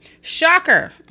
Shocker